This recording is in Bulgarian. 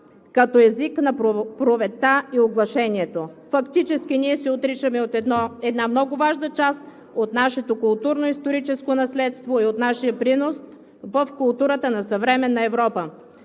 като език на проповедта и оглашението, фактически ние се отричаме от една много важна част от нашето културно-историческо наследство и от нашия принос в културата на съвременна Европа.“